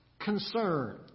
concern